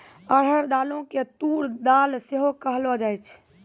अरहर दालो के तूर दाल सेहो कहलो जाय छै